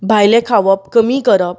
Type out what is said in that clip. भायलें खावप कमी करप